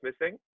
missing